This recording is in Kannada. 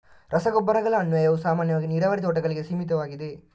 ರಸಗೊಬ್ಬರಗಳ ಅನ್ವಯವು ಸಾಮಾನ್ಯವಾಗಿ ನೀರಾವರಿ ತೋಟಗಳಿಗೆ ಸೀಮಿತವಾಗಿದೆ